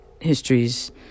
histories